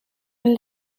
een